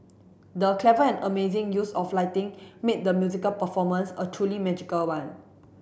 the clever and amazing use of lighting made the musical performance a truly magical one